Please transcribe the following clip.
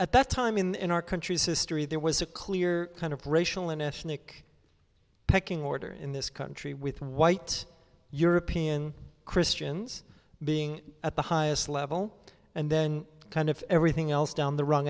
at that time in our country's history there was a clear kind of racial and ethnic pecking order in this country with white european christians being at the highest level and then kind of everything else down the wrong